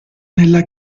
nella